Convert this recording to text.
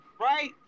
right